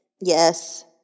Yes